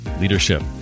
Leadership